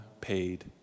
paid